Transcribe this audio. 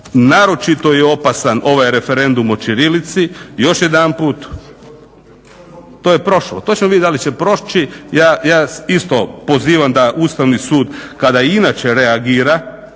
naročito je opasan ovaj Referendum o ćirilici. Još jedan put, to je prošlo, to ćemo vidjeti da li će proći, ja isto pozivam da Ustavni sud kada inače reagira